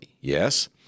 Yes